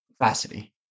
capacity